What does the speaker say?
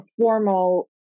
formal